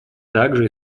также